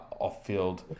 off-field